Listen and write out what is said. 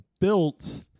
built